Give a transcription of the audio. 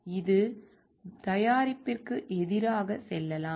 இது தயாரிப்புக்கு எதிராக செல்லலாம்